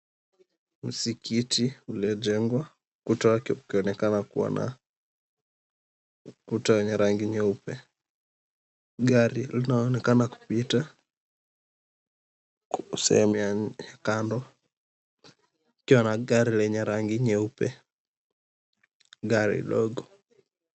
Msikiti uliojengwa na ukuta wake unaonekana kua na rangi nyeupe. Gari linaonekana kupita sehemu ya kando, likiwa gari lenye rangi nyeupe, gari dogo.